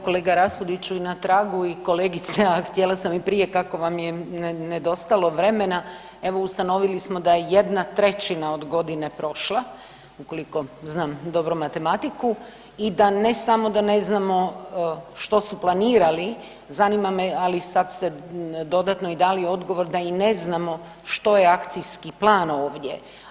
Evo kolega Rapudiću i na tragu i kolegice, a htjela sam i prije kako vam je nedostalo vremena evo ustanovili smo da je 1/3 od godine prošla ukoliko znam dobro matematiku i da ne samo da ne znamo što su planirali zanima me ali sad ste dodatno dali odgovor da i ne znamo što je akcijski plan ovdje.